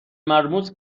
مرموز